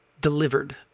delivered